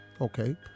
Okay